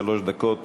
שלוש דקות